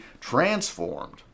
transformed